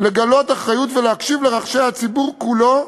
לגלות אחריות ולהקשיב לרחשי לב הציבור כולו,